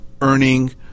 earning